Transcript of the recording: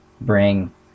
bring